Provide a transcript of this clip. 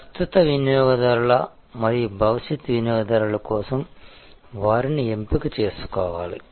ప్రస్తుత వినియోగదారుల మరియు భవిష్యత్ వినియోగదారుల కోసం వారిని ఎంపిక చేసుకోవాలి